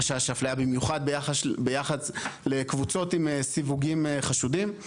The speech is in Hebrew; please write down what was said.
חשש לאפליה במיוחד ביחס לקבוצות עם סיווגים חשודים.